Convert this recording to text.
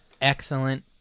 excellent